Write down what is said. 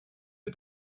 wir